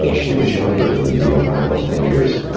ah she was younger than he, ah by almost ten years,